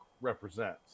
represents